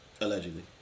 allegedly